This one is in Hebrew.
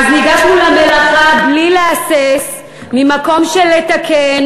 אז ניגשנו למלאכה בלי להסס, ממקום של לתקן.